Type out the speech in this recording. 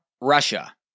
Russia